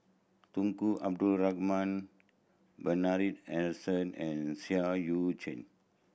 Tunku Abdul Rahman Bernard Harrison and Seah Eu Chin